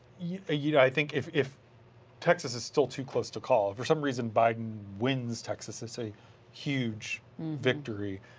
you ah you know, i think if if texas is still too close to call, for some reason, biden wins texas, which is a huge victory,